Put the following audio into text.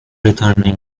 returning